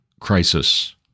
crisis